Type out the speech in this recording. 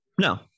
No